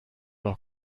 doch